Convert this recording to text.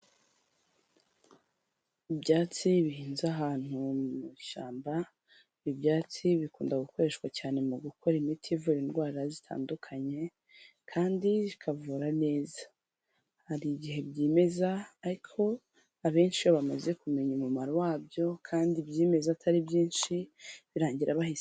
Ibyatsi bihinze ahantu mu ishyamba, ibyatsi bikunda gukoreshwa cyane mu gukora imiti ivura indwara zitandukanye, kandi zikavura neza. Hari igihe byimeza ariko abenshi iyo bamaze kumenya umumaro wabyo kandi byimeza atari byinshi birangira bahise.